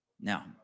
Now